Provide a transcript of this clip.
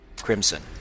crimson